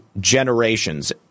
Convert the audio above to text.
generations